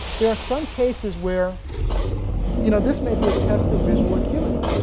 there are some cases where you know, this may be a test for visual acuity.